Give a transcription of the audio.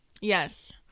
Yes